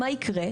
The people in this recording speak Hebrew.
מה יקרה,